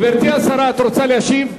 גברתי השרה, את רוצה להשיב?